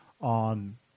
on